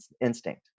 instinct